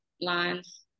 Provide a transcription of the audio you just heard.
lines